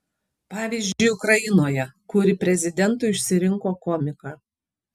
pavyzdžiui ukrainoje kuri prezidentu išsirinko komiką